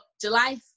July